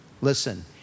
Listen